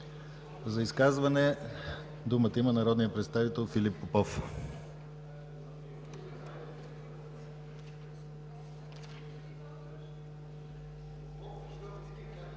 За изказване думата има народният представител Филип Попов.